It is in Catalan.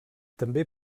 també